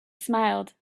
smiled